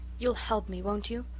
you'll help me, won't you?